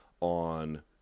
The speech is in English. on